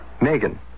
Megan